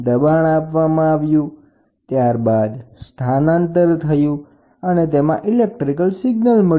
દબાણ આપ્યું ત્યાર બાદ સ્થાનાંતર થયું અને તેમાં ઈલેક્ટ્રિકલ સિગ્નલ મળ્યું